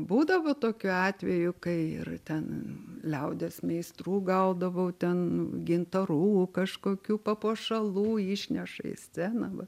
būdavo tokių atvejų kai ir ten liaudies meistrų gaudavau ten gintarų kažkokių papuošalų išneša į sceną